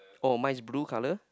oh mine is blue colour